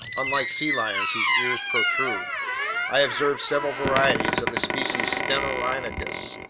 unlike sea lions whose ears protrude i observed several varieties of the species stenorhynchus,